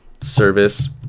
service